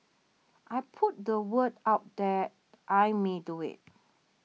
I put the word out that I may do it